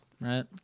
Right